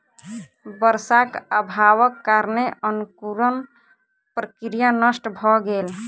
वर्षाक अभावक कारणेँ अंकुरण प्रक्रिया नष्ट भ गेल